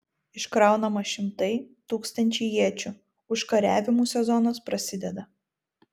iškraunama šimtai tūkstančiai iečių užkariavimų sezonas prasideda